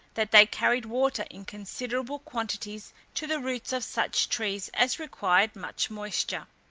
that they carried water in considerable quantities to the roots of such trees as required much moisture.